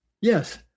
yes